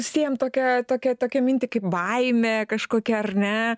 sėjam tokią tokią tokią mintį kaip baimė kažkokia ar ne